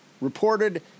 reported